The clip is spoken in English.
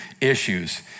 issues